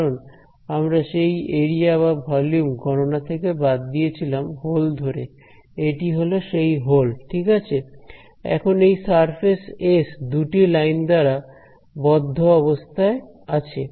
কারণ আমরা সেই এরিয়া বা ভলিউম গণনা থেকে বাদ দিয়েছিলাম হোল ধরে এটি হলো সেই হোল ঠিক আছে এখন এই সারফেস এস দুটি লাইন দ্বারা বদ্ধ অবস্থায় আছে